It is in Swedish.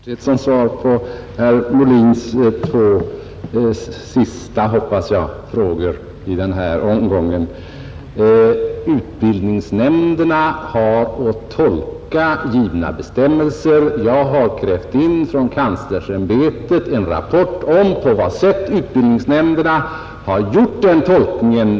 Herr talman! Jag vill yttra mig i all korthet såsom svar på herr Molins två sista, hoppas jag, frågor i denna omgång. Utbildningsnämnderna har att tolka givna bestämmelser. Jag har från kanslersämbetet begärt in en rapport om på vad sätt utbildningsnämnderna har agerat.